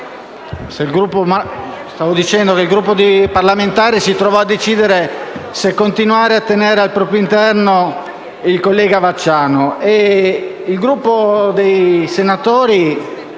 Stavo dicendo che il Gruppo parlamentare si trovò a decidere se continuare a tenere al proprio interno il collega Vacciano. Il Gruppo dei senatori